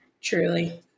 truly